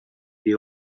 they